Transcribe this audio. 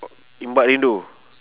ombak rindu